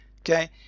okay